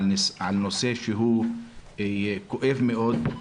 על נושא כואב מאוד,